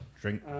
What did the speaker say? drink